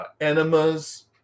enemas